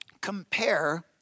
compare